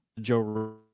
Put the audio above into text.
Joe